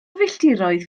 filltiroedd